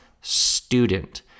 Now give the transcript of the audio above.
student